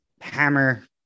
Hammer